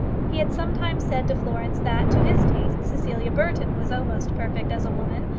he had sometimes said to florence that, to his taste, cecilia burton was almost perfect as a woman.